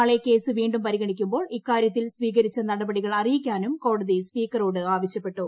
നാളെ കേസ് വീണ്ടും പരിഗണിക്കുമ്പോൾ ഇക്കാര്യത്തിൽ സ്വീകരിച്ച നടപടിക്കൾ അ്റിയിക്കാനും കോടതി സ്പീക്കറോട് ആവശ്യപ്പെട്ടു